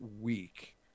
week